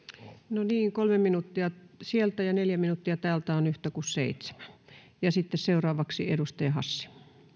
no niin kolme minuuttia sieltä ja neljä minuuttia täältä on yhtä kuin seitsemän sitten seuraavaksi edustaja hassi